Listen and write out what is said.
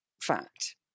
fact